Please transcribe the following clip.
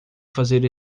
fazer